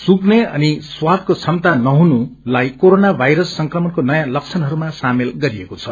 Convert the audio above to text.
सुध्ने अनि स्वादको क्षमता नहुनु लाई कोरोना वायरस संक्रमणको नयाँ लक्षणहरूमा सामेल गरिएको छ